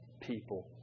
people